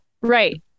Right